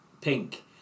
pink